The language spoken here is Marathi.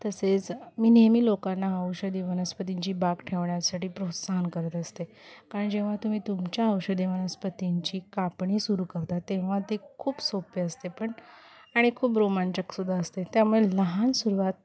तसेच मी नेहमी लोकांना औषधी वनस्पतींची बाग ठेवण्यासाठी प्रोत्साहन करत असते कारण जेव्हा तुम्ही तुमच्या औषधी वनस्पतींची कापणी सुरू करतात तेव्हा ते खूप सोपे असते पण आणि खूप रोमांचकसुद्धा असते त्यामुळे लहान सुरुवात